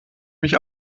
mich